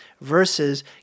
versus